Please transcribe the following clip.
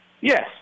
Yes